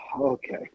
Okay